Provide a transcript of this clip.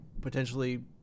potentially